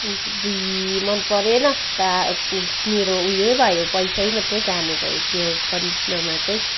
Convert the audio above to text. अब्बुई मन परेन ता मेरो उयै भयो पैसै मात्रै जाने भयो त्यो कन्डिसनरमा चाहिँ